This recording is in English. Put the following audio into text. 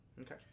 Okay